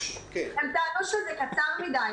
הם טענו שזה קצר מדי,